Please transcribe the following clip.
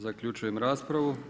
Zaključujem raspravu.